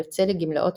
יוצא לגמלאות